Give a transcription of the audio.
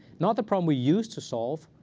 not the problem we used to solve.